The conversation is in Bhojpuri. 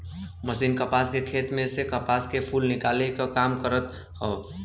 मशीन कपास के खेत में से कपास के फूल निकाले क काम करत हौ